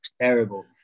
terrible